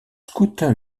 scouts